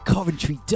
Coventry